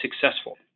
successful